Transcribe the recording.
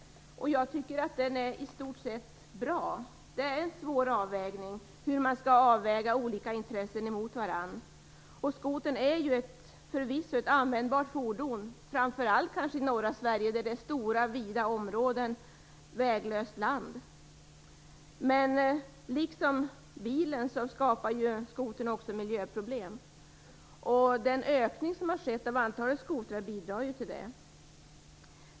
Jag tycker att den i stort sett är bra. Det är en svår avvägning att väga olika intressen mot varandra. Skotern är förvisso ett användbart fordon, kanske framför allt i norra Sverige där det finns stora, vida områden väglöst land. Men liksom bilen skapar skotern också miljöproblem, och den ökning av antalet skotrar som har skett bidrar naturligtvis till det.